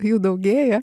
jų daugėja